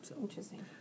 Interesting